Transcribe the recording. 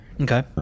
Okay